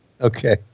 Okay